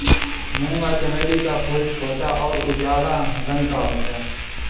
मूंगा चमेली का फूल छोटा और उजला रंग का होता है